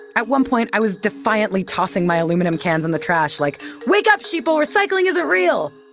at one point i was defiantly tossing my aluminum cans in the trash like, wake up sheeple recycling isn't real!